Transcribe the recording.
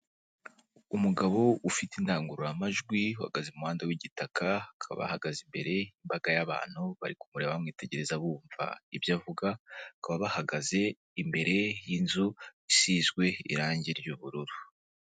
Umugabo ufite indangururamajwi uhagaze mu muhanda w'igitaka, akaba ahagaze imbere y'imbaga y'abantu bari kumureba bamwitegereza bumva ibyo avuga, bakaba bahagaze imbere y'inzu isizwe irangi ry'ubururu.